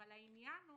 אבל העניין הוא